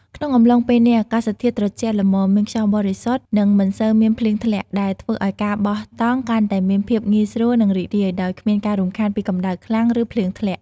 ក្នុងអំឡុងពេលនេះ អាកាសធាតុត្រជាក់ល្មម មានខ្យល់បរិសុទ្ធ និងមិនសូវមានភ្លៀងធ្លាក់ ដែលធ្វើឲ្យការបោះតង់កាន់តែមានភាពងាយស្រួល និងរីករាយ ដោយគ្មានការរំខានពីកម្ដៅខ្លាំង ឬភ្លៀងធ្លាក់។